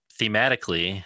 thematically